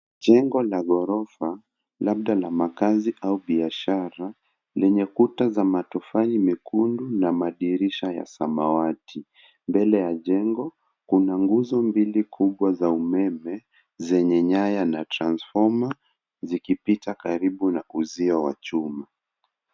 Jengo la ghorofa labda na makazi au biashara lenye kuta za matofali mekundu na madirisha ya samawati. Mbele ya jengo kuna nguzo mbili kubwa za umeme zenye nyaya na transfoma zikipita karibu na uzio wa chuma.